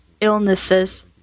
illnesses